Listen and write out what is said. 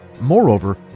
Moreover